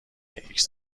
ایکس